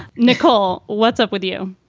nicole, what's up with you?